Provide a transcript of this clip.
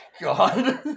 God